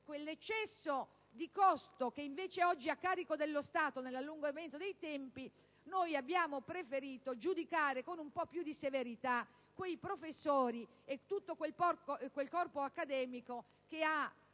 quell'eccesso di costo che, invece, oggi è a carico dello Stato nell'allungamento dei tempi, noi abbiamo preferito giudicare con un po' più di severità quei professori e tutto quel corpo accademico, che in